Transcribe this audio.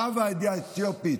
רב העדה האתיופית,